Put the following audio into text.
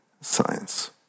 science